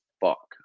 fuck